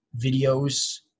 videos